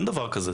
אין דבר כזה.